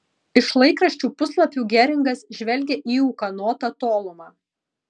iš laikraščių puslapių geringas žvelgė į ūkanotą tolumą